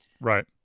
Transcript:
Right